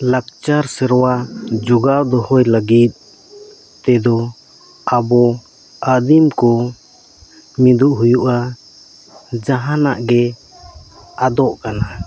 ᱞᱟᱠᱪᱟᱨ ᱥᱮᱨᱣᱟ ᱡᱚᱜᱟᱣ ᱫᱚᱦᱚᱭ ᱞᱟᱹᱜᱤᱫ ᱛᱮᱫᱚ ᱟᱵᱚ ᱟᱫᱤᱢ ᱠᱚ ᱢᱤᱫᱩᱜ ᱦᱩᱭᱩᱜᱼᱟ ᱡᱟᱦᱟᱱᱟᱜ ᱜᱮ ᱟᱫᱚᱜ ᱠᱟᱱᱟ